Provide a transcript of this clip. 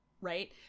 right